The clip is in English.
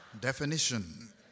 definition